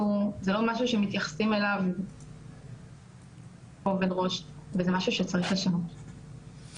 באובססיה כזו של מעקב ושל שליטה בצורה כזו.